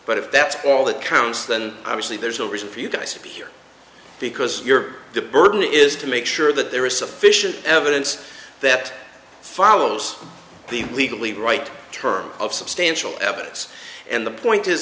but if that's all that counts then obviously there's no reason for you guys to be here because your the burden is to make sure that there is sufficient evidence that follows the legally right term of substantial evidence and the point